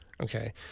Okay